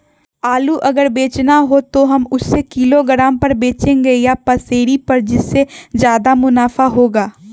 आलू अगर बेचना हो तो हम उससे किलोग्राम पर बचेंगे या पसेरी पर जिससे ज्यादा मुनाफा होगा?